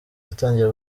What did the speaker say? yatangiye